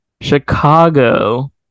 Chicago